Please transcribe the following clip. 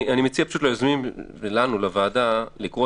אני מציע ליוזמים ולנו לוועדה - לקרוא